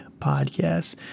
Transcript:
podcast